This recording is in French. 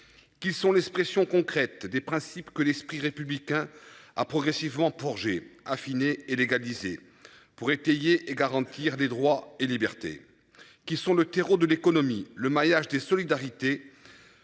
Qui sont l'expression concrète des principes que l'esprit républicain a progressivement pour ai affiné et légaliser. Pour étayer et garantir des droits et libertés. Qui sont le terreau de l'économie, le maillage des solidarités.